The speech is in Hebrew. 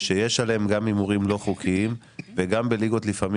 שגם עליהן יש הימורים לא חוקיים וגם לפעמים